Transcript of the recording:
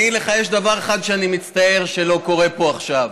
יש דבר אחד שאני מצטער שלא קורה פה עכשיו,